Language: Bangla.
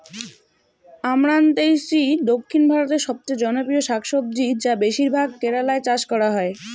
আমরান্থেইসি দক্ষিণ ভারতের সবচেয়ে জনপ্রিয় শাকসবজি যা বেশিরভাগ কেরালায় চাষ করা হয়